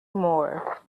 more